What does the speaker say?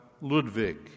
Ludwig